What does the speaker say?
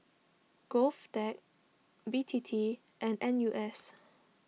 Govtech B T T and N U S